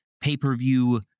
pay-per-view